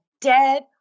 dead